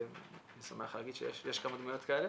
אני שמח להגיד שיש כמה דמויות כאלה.